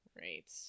Right